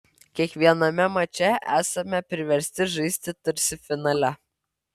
kiekviename mače esame priversti žaisti tarsi finale